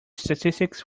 statistics